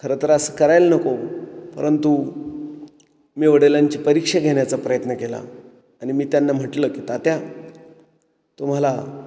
तर असं करायला नको परंतु मी वडिलांची परीक्षा घेण्याचा प्रयत्न केला आणि मी त्यांना म्हटलं की तात्या तुम्हाला